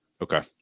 Okay